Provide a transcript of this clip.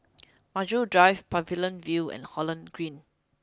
Maju Drive Pavilion View and Holland Green